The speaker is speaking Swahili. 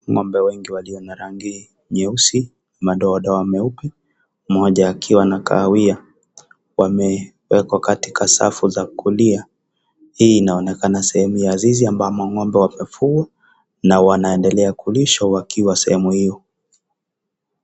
Ngombe wengi walio na rangi nyeusi, madoadoa meupe mmoja akiwa na kahawia wamewekwa katika safu za kulia. Hii inaonekana sehemu ya zizi ambamo ngombe wamefugwa na wanaendelea kulishwa wakiwa sehemu hiyo.